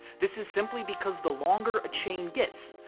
this is simply because the longer a chain gets,